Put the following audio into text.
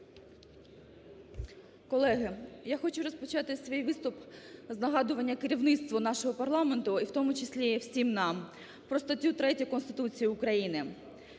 Колеги, я хочу розпочати свій виступ з нагадування керівництву нашого парламенту, і в тому числі, всім нам про статтю 3 Конституції України: